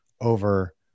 over